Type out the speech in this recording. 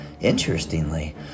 Interestingly